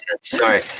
Sorry